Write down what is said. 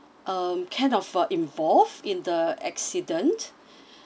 um kind of uh involved in the accident